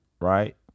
right